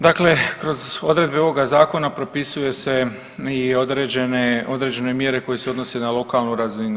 Dakle, kroz odredbe ovoga zakona propisuje se i određene mjere koje se odnose na lokalnu sredinu.